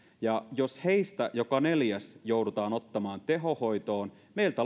ja jos heistä joka neljäs joudutaan ottamaan tehohoitoon meiltä